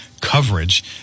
coverage